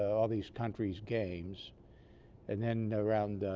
all these countries games and then around ah.